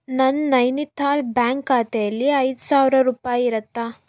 ನನ್ನ ನೈನಿತಾಲ್ ಬ್ಯಾಂಕ್ ಖಾತೆಯಲ್ಲಿ ಐದು ಸಾವಿರ ರೂಪಾಯಿ ಇರುತ್ತಾ